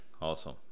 Awesome